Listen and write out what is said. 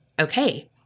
Okay